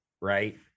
right